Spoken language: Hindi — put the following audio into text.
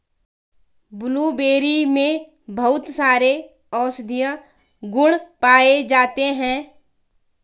ब्लूबेरी में बहुत सारे औषधीय गुण पाये जाते हैं